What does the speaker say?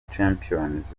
champions